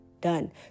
done